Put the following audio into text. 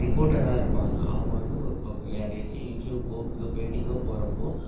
ரிப்போட்டராக இருப்பாங்க அவங்க வந்து இப்போ யாரையாச்சும் இன்டர்வியூக்கோ இதோ பேட்டிக்கோ போகிறப்போ